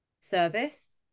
service